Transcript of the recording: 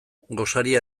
gosaria